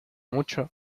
mucho